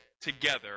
together